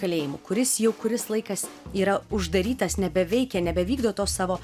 kalėjimu kuris jau kuris laikas yra uždarytas nebeveikia nebevykdo tos savo